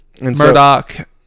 murdoch